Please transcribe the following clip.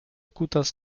kutas